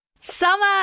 Summer